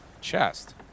Chest